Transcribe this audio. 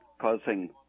causing